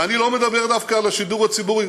ואני לא מדבר דווקא על השידור הציבורי,